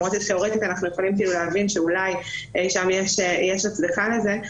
למרות שתיאורטית אנחנו יכולים להבין שאולי אי שם יש הצדקה לזה,